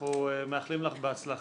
בפתח